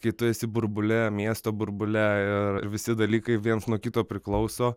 kai tu esi burbule miesto burbule ir visi dalykai viens nuo kito priklauso